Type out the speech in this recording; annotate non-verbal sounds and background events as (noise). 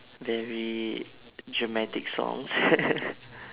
very dramatic songs (laughs)